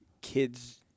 kids